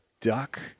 duck –